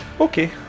Okay